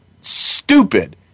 stupid